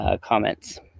comments